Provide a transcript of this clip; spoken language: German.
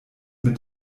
mit